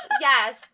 yes